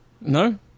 No